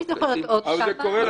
בצוק העיתים --- אני זוכרת עוד כמה,